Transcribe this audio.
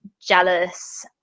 jealous